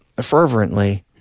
fervently